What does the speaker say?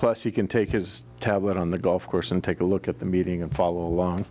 plus he can take his tablet on the golf course and take a look at the meeting and follow along